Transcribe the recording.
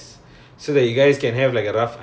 oh okay K K